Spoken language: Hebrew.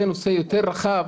זה נושא יותר רחב,